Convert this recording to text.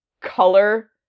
color